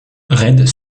raides